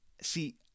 see